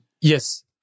Yes